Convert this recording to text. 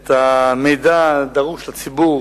את המידע הדרוש לציבור